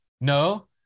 No